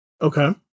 Okay